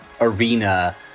arena